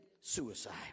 suicide